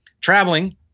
traveling